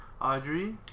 Audrey